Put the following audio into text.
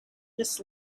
this